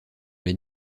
les